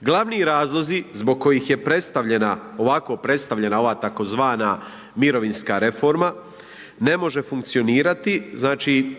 Glavni razlozi zbog kojih je predstavljena ovako predstavljena ova tzv. mirovinska reforma ne može funkcionirati znači